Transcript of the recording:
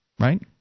Right